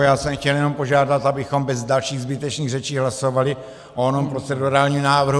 Já jsem chtěl jenom požádat, abychom bez dalších zbytečných řečí hlasovali o onom procedurálním návrhu.